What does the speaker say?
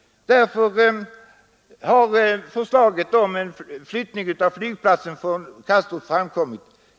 Därför har beslutet om en flyttning av flygplatsen från Kastrup framkommit.